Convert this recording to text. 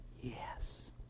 Yes